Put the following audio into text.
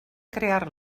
crear